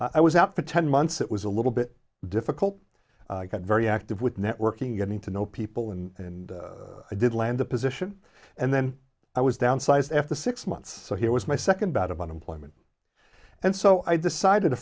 i was out for ten months it was a little bit difficult got very active with networking getting to know people and i did land a position and then i was downsized after six months so here was my second bout of unemployment and so i decided a